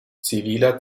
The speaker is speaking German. ziviler